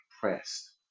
pressed